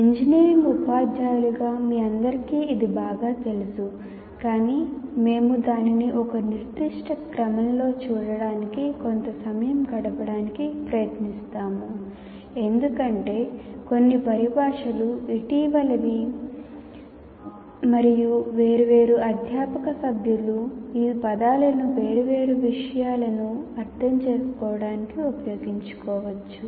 engineering ఉపాధ్యాయులుగా మీ అందరికీ ఇది బాగా తెలుసు కాని మేము దానిని ఒక నిర్దిష్ట క్రమంలో చూడటానికి కొంత సమయం గడపడానికి ప్రయత్నిస్తాము ఎందుకంటే కొన్ని పరిభాషలు ఇటీవలివి మరియు వేర్వేరు అధ్యాపక సభ్యులు ఈ పదాలను వేర్వేరు విషయాలను అర్ధం చేసుకోవడానికి ఉపయోగించవచ్చు